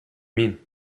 mean